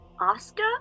oscar